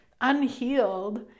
unhealed